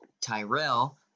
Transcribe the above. Tyrell